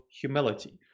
humility